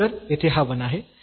तर येथे हा 1 आहे